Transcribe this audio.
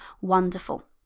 wonderful